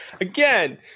again